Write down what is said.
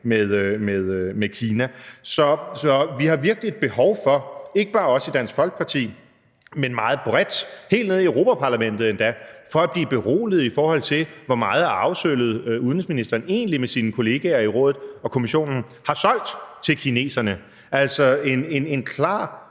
med Kina. Så vi har virkelig behov for, ikke bare os i Dansk Folkeparti, men meget bredt, helt nede i Europa-Parlamentet endda, at blive beroliget, i forhold til hvor meget af arvesølvet udenrigsministeren med sine kollegaer i Rådet og Europa-Kommissionen egentlig har solgt til kineserne. Der er